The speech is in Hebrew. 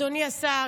אדוני השר,